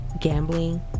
gambling